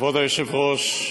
כבוד היושב-ראש,